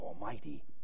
almighty